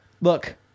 look